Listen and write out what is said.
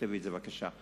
תכתבי את זה, בבקשה.